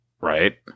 right